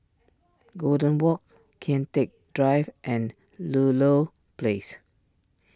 Golden Walk Kian Teck Drive and Ludlow Place